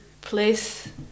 place